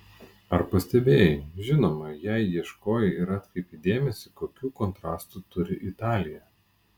ar pastebėjai žinoma jei ieškojai ir atkreipei dėmesį kokių kontrastų turi italija